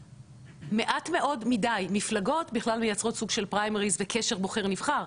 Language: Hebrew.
מעט מאוד מדי מפלגות בכלל מייצרות סוג של פריימריז וקשר בוחר נבחר,